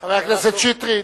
חבר הכנסת שטרית,